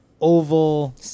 oval